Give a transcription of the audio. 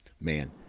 man